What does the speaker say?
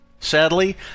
Sadly